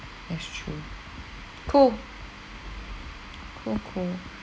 that's true coo cuckoo